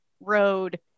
road